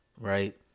right